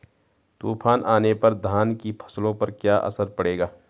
तूफान आने पर धान की फसलों पर क्या असर पड़ेगा?